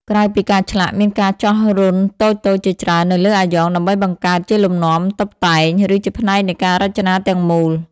ក្រៅពីការឆ្លាក់ មានការចោះរន្ធតូចៗជាច្រើននៅលើអាយ៉ងដើម្បីបង្កើតជាលំនាំតុបតែង ឬជាផ្នែកនៃការរចនាទាំងមូល។